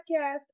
podcast